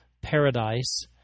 paradise